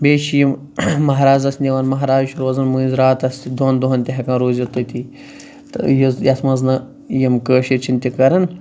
بیٚیہِ چھِ یِم ماہرازَس نِوان ماہراز چھُ روزان مٔنٛزۍ راتَس تہِ دۄن دۄہَن تہِ ہیٚکَن روٗزِتھ تٔتی تہٕ یُس ییٚتھ مَنٛز نہٕ یِم کٲشِرۍ چھِنہٕ تہِ کَران